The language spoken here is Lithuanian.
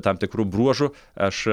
tam tikru bruožu aš